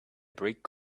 brick